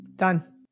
Done